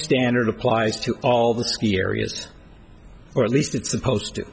standard applies to all the ski areas or at least it's supposed to